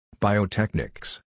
Biotechnics